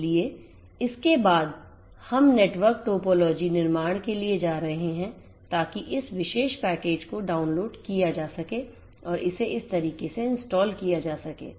इसलिए इसके बाद हम नेटवर्क टोपोलॉजी निर्माण के लिए जा रहे हैं ताकि इस विशेष पैकेज को डाउनलोड किया जा सके और इसे इस तरीके से इंस्टॉल किया जा सके